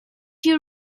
you